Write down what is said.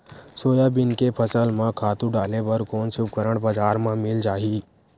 Soybean के फसल म खातु डाले बर कोन से उपकरण बजार म मिल जाहि?